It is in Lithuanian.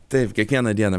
taip kiekvieną dieną